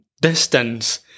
distance